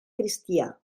cristià